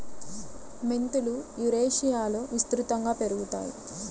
మెంతులు యురేషియాలో విస్తృతంగా పెరుగుతాయి